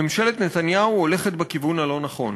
ממשלת נתניהו הולכת בכיוון הלא-נכון.